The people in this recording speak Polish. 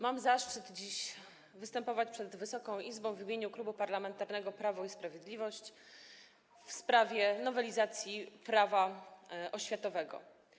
Mam zaszczyt dziś występować przed Wysoką Izbą w imieniu Klubu Parlamentarnego Prawo i Sprawiedliwość w sprawie nowelizacji Prawa oświatowego.